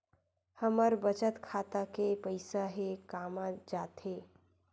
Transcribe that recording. हमर बचत खाता के पईसा हे कामा जाथे?